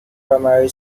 primary